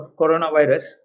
coronavirus